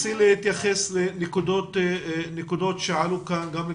האם את רוצה להתייחס למספר נקודות שעלו בדיון,